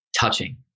touching